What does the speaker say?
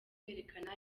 kwerekana